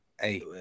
Hey